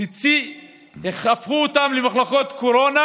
הפכו למחלקות קורונה,